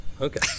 Okay